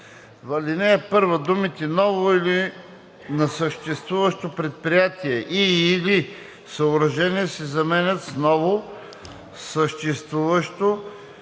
В ал. 1 думите „ново или на съществуващо предприятие и/или съоръжение“ се заменят с „ново, съществуващо